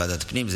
ועדת פנים.